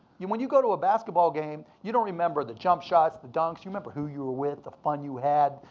when you go to a basketball game, you don't remember the jump shots, the dunks. you remember who you were with, the fun you had.